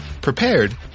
prepared